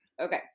Okay